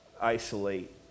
isolate